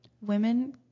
women